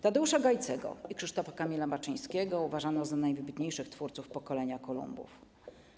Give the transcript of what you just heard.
Tadeusza Gajcego i Krzysztofa Kamila Baczyńskiego uważano za najwybitniejszych twórców pokolenia Kolumbów.